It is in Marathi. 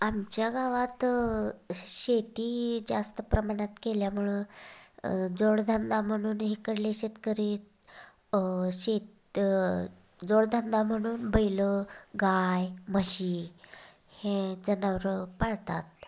आमच्या गावात शेती जास्त प्रमाणात केल्यामुळं जोडधंदा म्हणून इकडले शेतकरी शेत जोडधंदा म्हणून बैलं गाय म्हशी हे जनावरं पाळतात